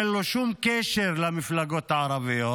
אין לו שום קשר למפלגות הערביות,